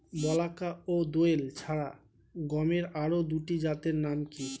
বলাকা ও দোয়েল ছাড়া গমের আরো দুটি জাতের নাম কি?